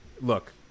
look